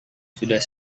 sudah